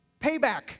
payback